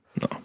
No